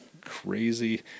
crazy